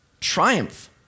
triumph